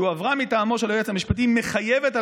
שהועברה מטעמו של היועץ המשפטי לממשלה מחייבת,